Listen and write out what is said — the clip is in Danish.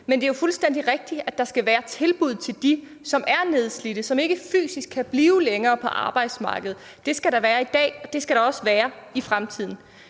Men det er jo fuldstændig rigtigt, at der skal være tilbud til dem, som er nedslidte, og som ikke fysisk kan blive længere på arbejdsmarkedet. Det skal der være i dag, og det skal der også være i fremtiden.